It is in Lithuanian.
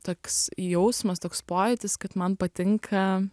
toks jausmas toks pojūtis kad man patinka